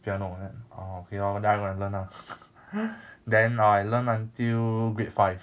piano then orh okay lor learn lah learn lah then I learn until grade five